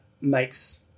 makes